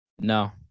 no